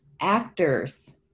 actors